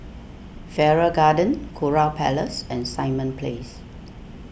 Farrer Garden Kurau Place and Simon Place